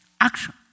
Action